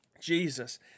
Jesus